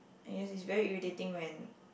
I guess it's very irritating when